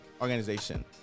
organization